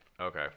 Okay